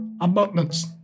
abundance